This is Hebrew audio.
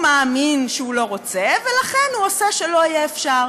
הוא מאמין שהוא לא רוצה ולכן הוא עושה שלא יהיה אפשר.